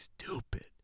Stupid